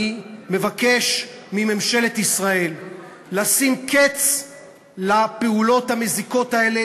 אני מבקש מממשלת ישראל לשים קץ לפעולות המזיקות האלה,